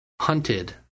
hunted